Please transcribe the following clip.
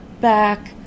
back